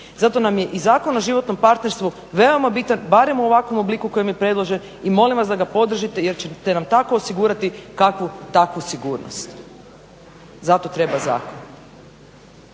Zato nam je i Zakon o životnom partnerstvu veoma bitan, barem u ovakvom obliku u kojem je predložen i molim vas da ga podržite jer ćete nam tako osigurati kakvu takvu sigurnost. Zato treba zakon.